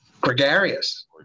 Gregarious